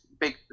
big